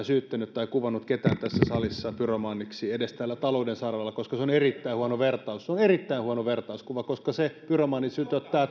syyttänyt tai kuvannut ketään tässä salissa pyromaaniksi edes tällä talouden saralla koska se on erittäin huono vertaus se on erittäin huono vertauskuva koska pyromaani sytyttää